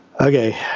Okay